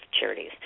Charities